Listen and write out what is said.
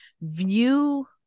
view